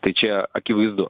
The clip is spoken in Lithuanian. tai čia akivaizdu